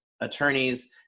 attorneys